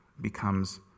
becomes